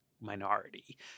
minority